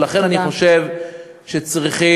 ולכן אני חושב שצריכים,